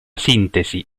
sintesi